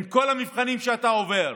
עם כל המבחנים שאתה עובר.